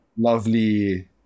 lovely